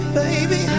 baby